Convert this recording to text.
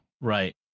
Right